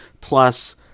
plus